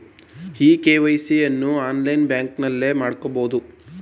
E KYC ಅನ್ನು online ಬ್ಯಾಂಕಿಂಗ್ನಲ್ಲೇ ಮಾಡ್ಕೋಬೋದು